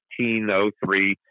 1903